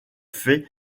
fait